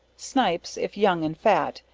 snipes, if young and fat,